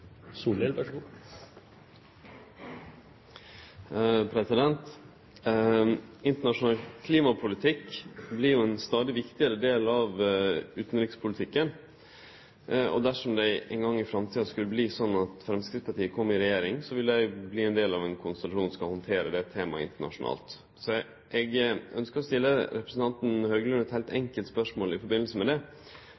Internasjonal klimapolitikk vert jo ein stadig viktigare del av utanrikspolitikken, og dersom det ein gong i framtida skulle verte sånn at Framstegspartiet kjem i regjering, vil dei verte ein del av ein konstellasjon som skal handtere det temaet internasjonalt. Eg ønskjer å stille representanten Høglund eit heilt